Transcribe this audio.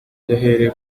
yahereye